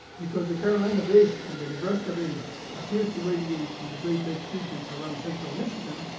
because the carolina bays and the nebraska bays appear to radiate from the great lakes region around central michigan,